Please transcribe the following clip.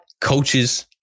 coaches